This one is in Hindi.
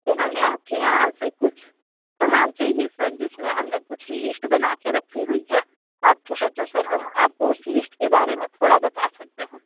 सर हमें आपके यहां से कुछ सामान चाहिए सर जिसमें हमने कुछ लिस्ट बना के रखी हुई है आप चाहें तो सर हम आपको उस लिस्ट के बारे मे थोड़ा बता सकते हैं